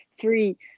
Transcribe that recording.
three